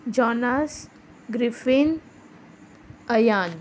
Jonas Griffin Ayan